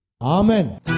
Amen